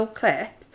clip